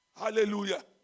Hallelujah